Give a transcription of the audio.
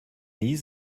nie